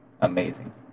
amazing